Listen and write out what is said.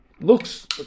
looks